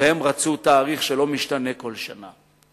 והם רצו תאריך שלא משתנה כל שנה.